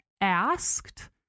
asked